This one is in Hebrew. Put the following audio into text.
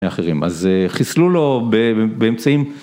אחרים, אז חיסלו לו באמצעים.